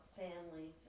family